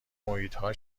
محیطها